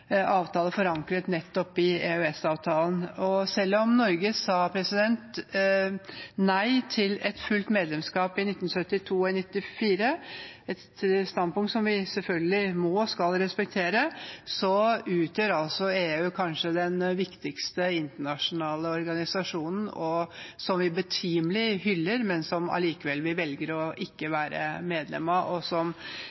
avtale forankret i nettopp EØS-avtalen. Selv om Norge sa nei til fullt medlemskap i 1972 og i 1994 – et standpunkt som vi selvfølgelig må og skal respektere – utgjør EU kanskje den viktigste internasjonale organisasjonen, som vi betimelig hyller, men som vi allikevel velger å ikke